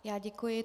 Já děkuji.